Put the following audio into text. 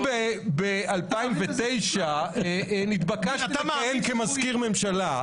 אני ב-2009 נתבקשתי לכהן כמזכיר ממשלה.